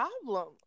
problem